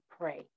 pray